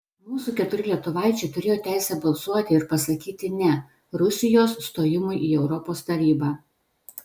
mūsų keturi lietuvaičiai turėjo teisę balsuoti ir pasakyti ne rusijos stojimui į europos tarybą